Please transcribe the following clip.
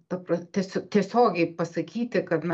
ta pra ties tiesiogiai pasakyti kad na